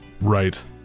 Right